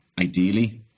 Ideally